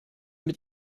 mit